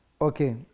Okay